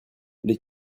les